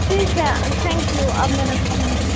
ठीक है thank you अब मैं रखती हूँ